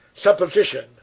supposition